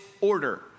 order